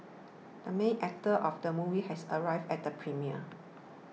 the main actor of the movie has arrived at the premiere